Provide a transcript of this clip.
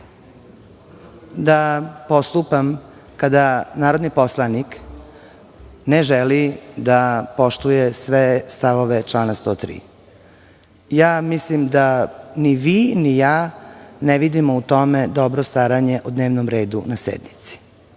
da postupam kada narodni poslanik ne želi da poštuje sve stavove člana 103. Mislim da ni vi, ni ja ne vidimo u tome dobro staranje o dnevnom redu na